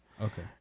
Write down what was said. Okay